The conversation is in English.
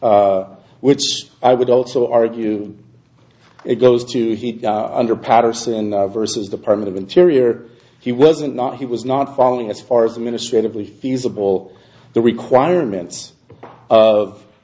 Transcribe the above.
which i would also argue it goes to under patterson vs department of interior he wasn't not he was not following as far as the ministry of a feasible the requirements of